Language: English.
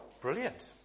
Brilliant